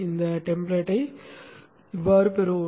இந்த டெம்ப்ளேட்டைப் பெறுவோம்